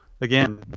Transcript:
again